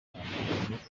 mbere